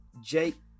Jake